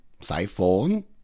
Siphon